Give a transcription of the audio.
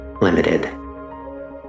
limited